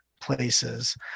places